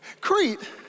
Crete